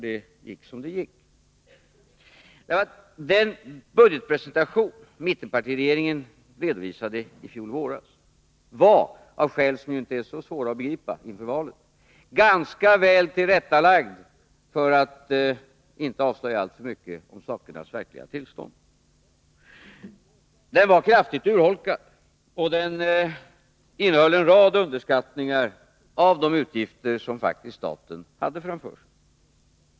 Den presentation av budgeten som mittenregeringen redovisade i fjol våras var — av skäl som inte är så svåra att begripa, med tanke på valet — ganska väl tillrättalagd för att den inte skulle avslöja alltför mycket om sakernas verkliga tillstånd. Budgeten var kraftigt urholkad, och den innehöll en rad underskattningar av de utgifter som staten faktiskt hade framför sig.